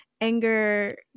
anger